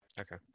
Okay